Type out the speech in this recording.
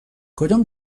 کدوم